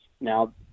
Now